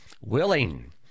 willing